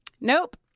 nope